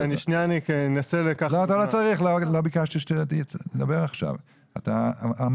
אנחנו לא רוצים ליצור מצב, לרשות, שהוא לא